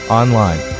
online